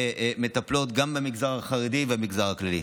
ומטפלות גם במגזר החרדי ובמגזר הכללי.